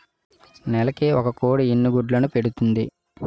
నెలకి ఒక కోడి ఎన్ని గుడ్లను పెడుతుంది?